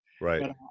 Right